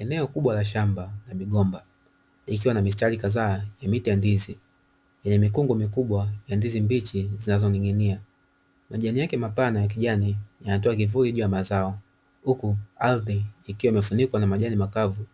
Eneo kubwa la shamba la migomba likiwa na mistari kadhaa ya miti ya ndizi, yenye mikungu mikubwa ya ndizi mbichi zinazoning'inia. Majani yake mapana ya kijani yanatoa kivuli juu ya mazao. Huku ardhi ikiwa imefunikwa na majani makavu